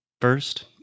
First